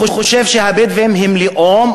הוא חושב שהבדואים הם לאום,